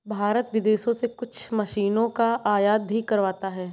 भारत विदेशों से कुछ मशीनों का आयात भी करवाता हैं